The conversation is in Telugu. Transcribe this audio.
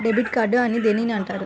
డెబిట్ కార్డు అని దేనిని అంటారు?